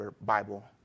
Bible